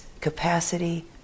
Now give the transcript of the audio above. capacity